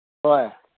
ꯍꯣꯏ